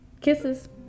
Kisses